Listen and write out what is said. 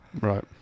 Right